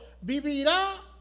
vivirá